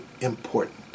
important